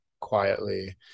quietly